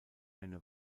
eine